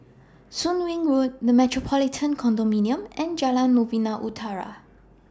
Soon Wing Road The Metropolitan Condominium and Jalan Novena Utara